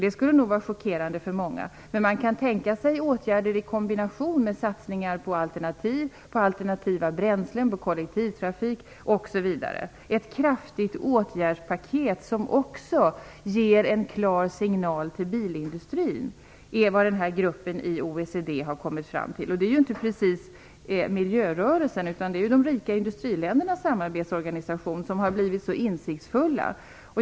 Det skulle nog vara chockerande för många. Man kan tänka sig åtgärder i kombination med satsningar på alternativa bränslen, kollektivtrafik osv. Den här gruppen i OECD har kommit fram till att det behövs ett kraftfullt åtgärdspaket som också ger en klar signal till bilindustrin. Det här förslaget kommer inte precis från miljörörelsen. Det här är de rika industriländernas samarbetsorganisation som har blivit så insiktsfull.